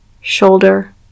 shoulder